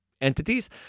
entities